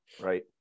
Right